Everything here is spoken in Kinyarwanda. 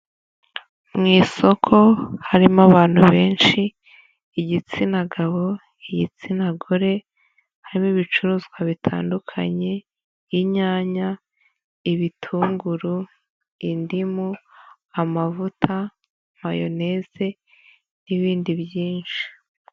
Mu isoko harimo abantu benshi, igitsina gabo, igitsina gore, harimo ibicuruzwa bitandukanye inyanya, ibitunguru, indimu, amavuta, mayoneze n'ibindi byinshi.